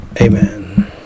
Amen